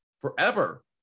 forever